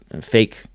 fake